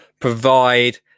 provide